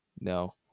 no